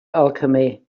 alchemy